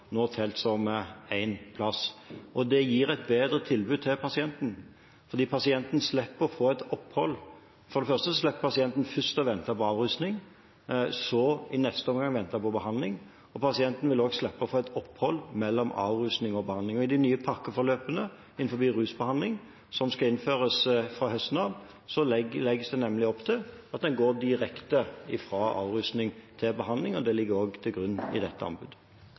nå talt som én plass. Dette gir et bedre tilbud til pasienten fordi pasienten slipper å få et opphold. For det første slipper pasienten først å vente på avrusning, så i neste omgang å vente på behandling, og pasienten vil også slippe å få et opphold mellom avrusning og behandling. I de nye pakkeforløpene innen rusbehandling, som skal innføres fra høsten av, legges det opp til at en går direkte fra avrusning til behandling, og det ligger også til grunn i dette anbudet.